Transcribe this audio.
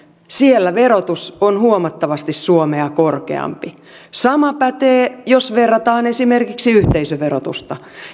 siellä verotus on huomattavasti suomea korkeampi sama pätee jos verrataan esimerkiksi yhteisöverotusta